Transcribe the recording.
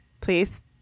please